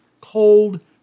cold